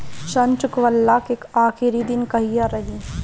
ऋण चुकव्ला के आखिरी दिन कहिया रही?